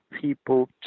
people